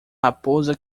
raposa